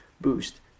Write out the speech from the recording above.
boost